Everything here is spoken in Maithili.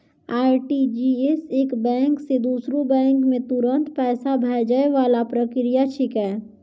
आर.टी.जी.एस एक बैंक से दूसरो बैंक मे तुरंत पैसा भैजै वाला प्रक्रिया छिकै